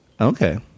Okay